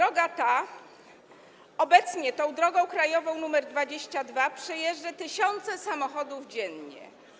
Obecnie drogą krajową nr 22 przejeżdżają tysiące samochodów dziennie.